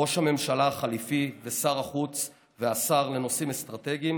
ראש הממשלה החליפי ושר החוץ והשר לנושאים אסטרטגיים,